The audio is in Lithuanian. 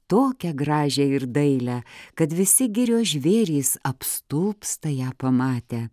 tokią gražią ir dailią kad visi girios žvėrys apstulbsta ją pamatę